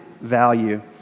value